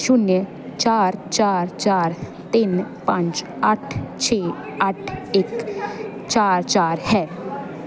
ਸ਼ੂਨਿਆ ਚਾਰ ਚਾਰ ਚਾਰ ਤਿੰਨ ਪੰਜ ਅੱਠ ਛੇ ਅੱਠ ਇੱਕ ਚਾਰ ਚਾਰ ਹੈ